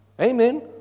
Amen